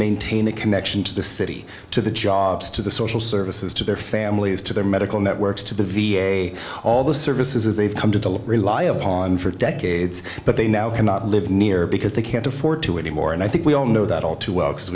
maintain the connection to the city to the jobs to the social services to their families to their medical networks to the v a all the services that they've come to rely upon for decades but they now cannot live near because they can't afford to anymore and i think we all know that all too well because